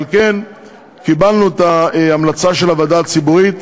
על כן קיבלנו את ההמלצה של הוועדה הציבורית,